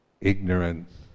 ignorance